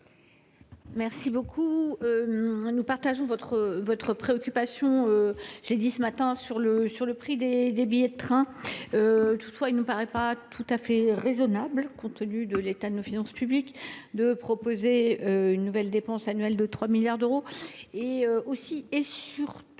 ce matin, nous partageons votre préoccupation, mon cher collègue, sur le prix des billets de train. Toutefois, il ne nous paraît pas raisonnable, compte tenu de l’état de nos finances publiques, de proposer une nouvelle dépense annuelle de 3 milliards d’euros.